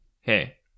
Hey